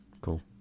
Cool